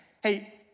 hey